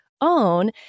own